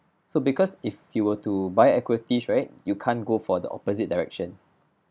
so because if you were to buy equities right you can't go for the opposite direction